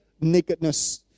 nakedness